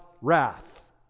wrath